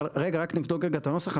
נבדוק את הנוסח,